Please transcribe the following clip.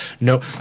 No